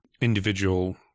individual